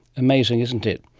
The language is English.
amazing, isn't it.